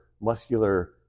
muscular